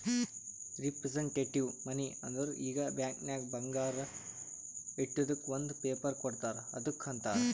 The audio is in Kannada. ರಿಪ್ರಸಂಟೆಟಿವ್ ಮನಿ ಅಂದುರ್ ಈಗ ಬ್ಯಾಂಕ್ ನಾಗ್ ಬಂಗಾರ ಇಟ್ಟಿದುಕ್ ಒಂದ್ ಪೇಪರ್ ಕೋಡ್ತಾರ್ ಅದ್ದುಕ್ ಅಂತಾರ್